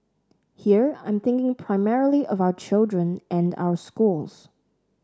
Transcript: here I'm thinking primarily of our children and our schools